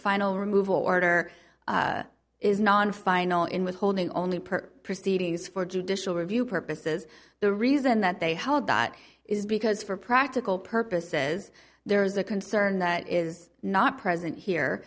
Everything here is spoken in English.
final removal order is non final in withholding only per proceedings for judicial review purposes the reason that they held that is because for practical purposes there is a concern that is not present here